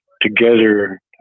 together